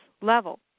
level